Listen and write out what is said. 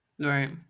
Right